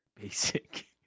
basic